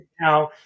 now